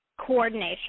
coordination